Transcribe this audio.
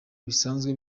bisanzwe